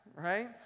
right